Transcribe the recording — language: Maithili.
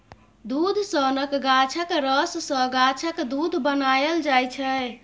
दुध सनक गाछक रस सँ गाछक दुध बनाएल जाइ छै